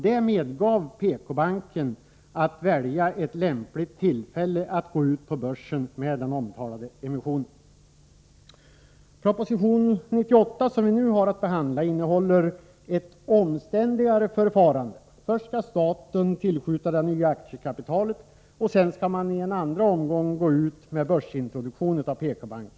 Det gav PK-banken möjlighet att välja ett lämpligt tillfälle att gå ut på börsen med den omtalade emissionen. Proposition 98, som vi nu har att behandla, innehåller ett omständligare förfarande. Först skall staten tillskjuta det nya aktiekapitalet, och sedan skall Nr 105 man i en andra omgång gå ut med börsintroduktion av PK-banken.